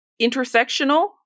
intersectional